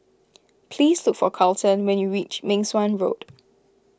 please look for Carleton when you reach Meng Suan Road